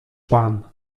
pan